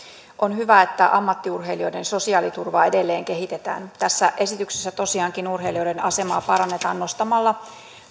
on hyvä että ammattiurheilijoiden sosiaaliturvaa edelleen kehitetään tässä esityksessä tosiaankin urheilijoiden asemaa parannetaan nostamalla